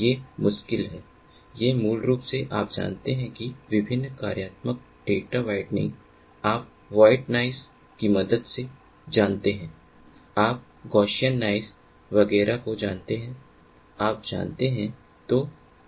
ये मुश्किल हैं ये मूल रूप से आप जानते हैं कि विभिन्न कार्यात्मक डेटा व्हाइटनींग आप व्हाइट नाइस की मदद से जानते हैं आप गॉसियन नाइस वगैरह को जानते हैं आप जानते हैं